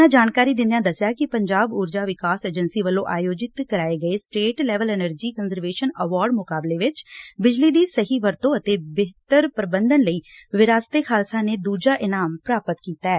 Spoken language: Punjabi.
ਉਨ੍ਹਾਂ ਜਾਣਕਾਰੀ ਦਿੰਦਿਆਂ ਦੱਸਿਆ ਕਿ ਪੰਜਾਬ ਊਰਜਾ ਵਿਕਾਸ ਏਜੰਸੀ ਵੱਲੋਂ ਆਯੋਜਿਤ ਕਰਾਏ ਗਏ state level energy conservation award ਮੁਕਾਬਲੇ 'ਚ ਬਿਜਲੀ ਦੀ ਸਹੀ ਵਰਤੋ ਅਤੇ ਬਿਹਤਰ ਪ੍ਰਬੰਧਨ ਲਈ ਵਿਰਾਸਤ ਏ ਖਾਲਸਾ ਨੇ ਦੂਜਾ ਇਨਾਮ ਪ੍ਰਾਪਤ ਕੀਤਾ ਐ